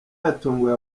yatunguye